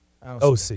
OC